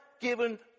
given